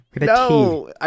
no